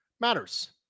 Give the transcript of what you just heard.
matters